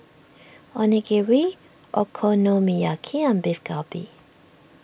Onigiri Okonomiyaki and Beef Galbi